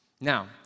Now